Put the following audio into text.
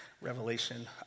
Revelation